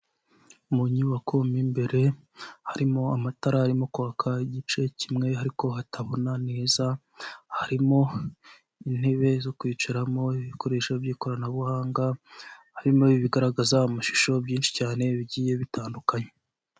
Mu nyubako mo mbere harimo amatara arimo kwaka igice kimwe, ariko hatabona neza, harimo intebe zo kwicaramo, ibikoresho by'ikoranabuhanga, harimo bigaragaza amashusho byinshi cyane, bigiye bitandukanye.